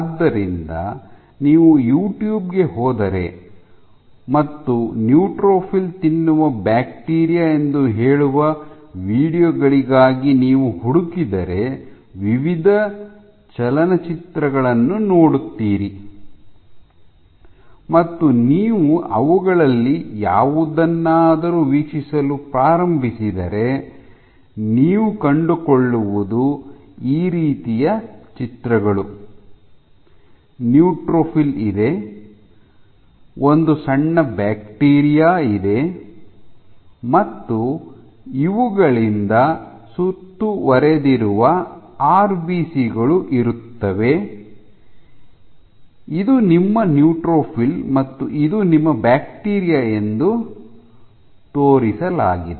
ಆದ್ದರಿಂದ ನೀವು ಯೂಟ್ಯೂಬ್ ಗೆ ಹೋದರೆ ಮತ್ತು ನ್ಯೂಟ್ರೋಫಿಲ್ ತಿನ್ನುವ ಬ್ಯಾಕ್ಟೀರಿಯಾ ಎಂದು ಹೇಳುವ ವೀಡಿಯೊ ಗಳಿಗಾಗಿ ನೀವು ಹುಡುಕಿದರೆ ವಿವಿಧ ಚಲನಚಿತ್ರಗಳನ್ನು ನೋಡುತ್ತೀರಿ ಮತ್ತು ನೀವು ಅವುಗಳಲ್ಲಿ ಯಾವುದನ್ನಾದರೂ ವೀಕ್ಷಿಸಲು ಪ್ರಾರಂಭಿಸಿದರೆ ನೀವು ಕಂಡುಕೊಳ್ಳುವುದು ಈ ರೀತಿಯ ಚಿತ್ರಗಳು ನ್ಯೂಟ್ರೋಫಿಲ್ ಇದೆ ಒಂದು ಸಣ್ಣ ಬ್ಯಾಕ್ಟೀರಿಯಾ ಇದೆ ಮತ್ತು ಇವುಗಳಿಂದ ಸುತ್ತುವರೆದಿರುವ ಆರ್ಬಿಸಿ ಗಳು ಇರುತ್ತವೆ ಇದು ನಿಮ್ಮ ನ್ಯೂಟ್ರೋಫಿಲ್ ಮತ್ತು ಇದು ನಿಮ್ಮ ಬ್ಯಾಕ್ಟೀರಿಯಾ ಎಂದು ತೋರಿಸಲಾಗಿದೆ